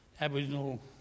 Aboriginal